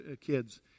kids